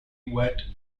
wet